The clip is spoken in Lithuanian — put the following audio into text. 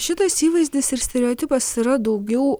šitas įvaizdis ir stereotipas yra daugiau